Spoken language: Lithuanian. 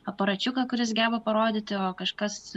aparačiuką kuris geba parodyti o kažkas